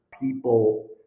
people